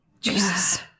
Jesus